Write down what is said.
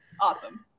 Awesome